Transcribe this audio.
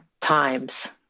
times